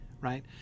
right